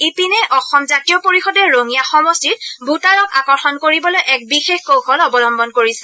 ইপিনে অসম জাতীয় পৰিষদে ৰঙিয়া সমষ্টিত ভোটাৰক আকৰ্ষণ কৰিবলৈ এক বিশেষ কৌশল অৱলম্বন কৰিছে